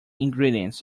ingredients